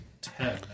Ten